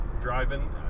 Driving